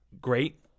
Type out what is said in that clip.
great